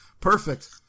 Perfect